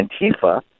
Antifa